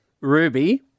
Ruby